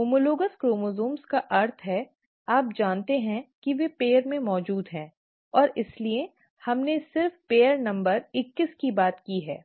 homologous chromosome का अर्थ है आप जानते हैं कि वे जोड़े में मौजूद हैं और इसलिए हमने सिर्फ जोड़ी नंबर इक्कीस की बात की है